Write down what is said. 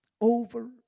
over